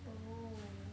oh